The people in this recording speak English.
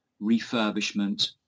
refurbishment